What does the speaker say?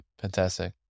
fantastic